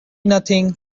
nothing